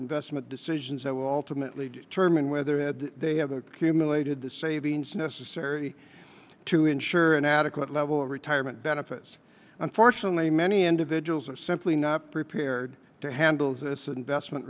investment decisions that will ultimately determine whether they have accumulated the savings necessary to ensure an adequate level of retirement benefits unfortunately many individuals are simply not prepared to handle this investment